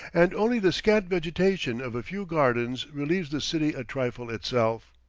and only the scant vegetation of a few gardens relieves the city a trifle itself.